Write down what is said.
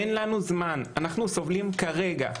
אין לנו זמן, אנחנו סובלים כרגע.